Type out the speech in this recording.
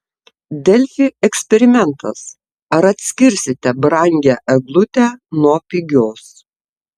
delfi eksperimentas ar atskirsite brangią eglutę nuo pigios